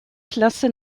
klasse